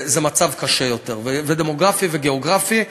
זה מצב קשה יותר, דמוגרפי וגיאוגרפי.